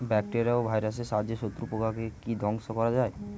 Bacteria ও ভাইরাসের সাহায্যে শত্রু পোকাকে কি ধ্বংস করা যায়?